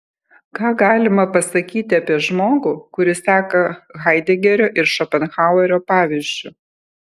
ką galima pasakyti apie žmogų kuris seka haidegerio ir šopenhauerio pavyzdžiu